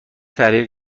تحلیل